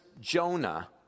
Jonah